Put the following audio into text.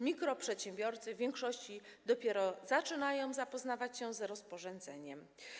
Mikroprzedsiębiorcy w większości dopiero zaczynają zapoznawać się z rozporządzeniem.